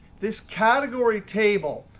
this category table,